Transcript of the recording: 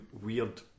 weird